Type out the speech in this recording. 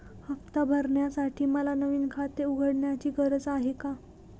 हफ्ता भरण्यासाठी मला नवीन खाते उघडण्याची गरज आहे का?